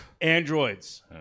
androids